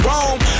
Rome